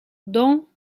dans